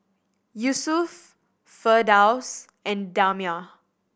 Yusuf Firdaus and Damia